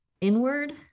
inward